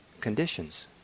conditions